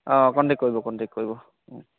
অঁ কণ্টেক কৰিব কণ্টেক কৰিব